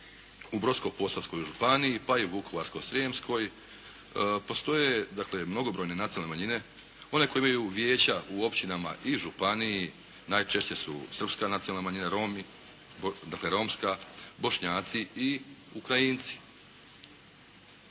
u Brodsko-Posavskoj županiji pa i Vukovarsko-Srijemskoj postoje dakle mnogobrojne nacionalne manjine, one koje imaju vijeća u općinama i županiji. Najčešće su srpska nacionalna manjina Romi, dakle romska Bošnjaci i Ukrajinci.